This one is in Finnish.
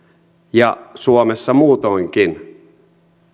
ja suomessa muutoinkin